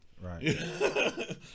Right